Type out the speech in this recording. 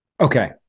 Okay